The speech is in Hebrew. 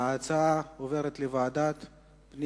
בעד להעביר את ההצעה לוועדת הפנים.